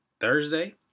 Thursday